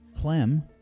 Clem